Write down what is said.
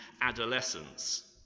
adolescence